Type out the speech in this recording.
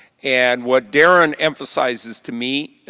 and what darren emphasizes to me,